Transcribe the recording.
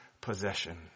possession